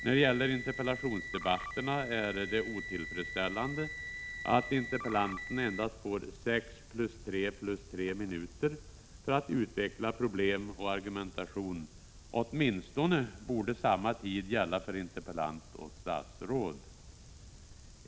När det gäller interpellationsdebatterna är det otillfredsställande att interpellanten endast får 6 + 3 + 3 minuter för att utveckla problem och argumentation. Åtminstone borde samma tid gälla för interpellant och statsråd.